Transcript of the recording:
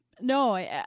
No